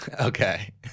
Okay